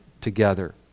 together